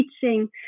teaching